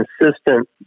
consistent